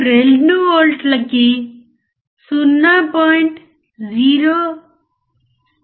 కాబట్టి వోల్టేజ్ ఫాలోయర్కి నేను మీకు ఒక ఉదాహరణ ఇచ్చాను